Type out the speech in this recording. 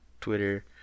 Twitter